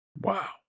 Wow